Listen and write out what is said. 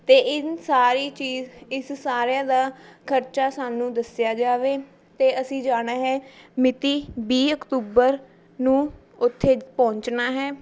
ਅਤੇ ਇਨ ਸਾਰੀ ਚੀਜ਼ ਇਸ ਸਾਰਿਆਂ ਦਾ ਖਰਚਾ ਸਾਨੂੰ ਦੱਸਿਆ ਜਾਵੇ ਅਤੇ ਅਸੀਂ ਜਾਣਾ ਹੈ ਮਿਤੀ ਵੀਹ ਅਕਤੂਬਰ ਨੂੰ ਉੱਥੇ ਪਹੁੰਚਣਾ ਹੈ